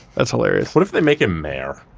that's hilarious. what if they make him mayor?